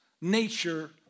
nature